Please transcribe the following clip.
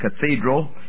cathedral